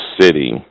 city